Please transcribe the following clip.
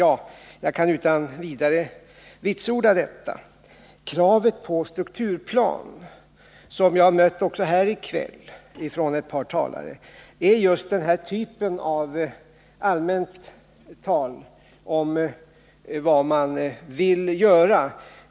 Ja, jag kan utan vidare vitsorda detta. Det krav på strukturplan som jag har mött också här i kväll från ett par talare är just denna typ av allmänt tal om vad man vill göra.